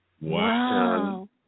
Wow